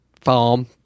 farm